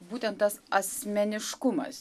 svarbu būtent tas asmeniškumas